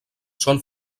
són